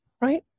right